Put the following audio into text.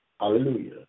hallelujah